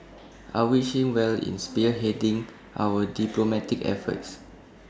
I wish him well in spearheading our diplomatic efforts